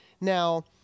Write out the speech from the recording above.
Now